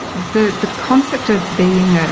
the the concept of being ah